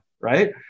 right